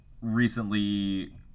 recently